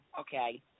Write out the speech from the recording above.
okay